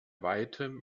weitem